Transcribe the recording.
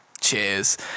cheers